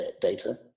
data